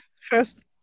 First